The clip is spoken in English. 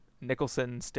Nicholson